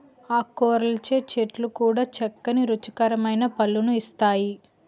ఆకురాల్చే చెట్లు కూడా చక్కని రుచికరమైన పళ్ళను ఇస్తాయి